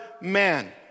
man